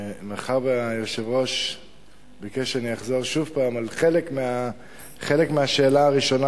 מאחר שהיושב-ראש ביקש שאחזור על חלק מהשאלה הראשונה,